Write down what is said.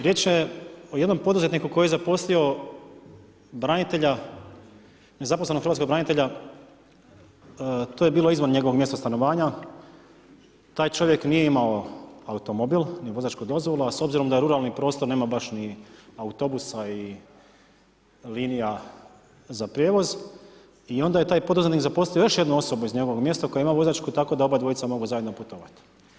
Riječ je o jednom poduzetniku koji je zaposlio branitelja, nezaposlenog hrvatskog branitelja, to je bilo izvan njegovog mjesta stanovanja, taj čovjek nije imao automobil, ni vozačku dozvolu, a s obzirom da je ruralni prostor nema baš ni autobusa i linija za prijevoz i onda je taj poduzetnik zaposlio još jednu osobu iz njegovog mjesta koja ima vozačku tako da obadvojica mogu zajedno putovat.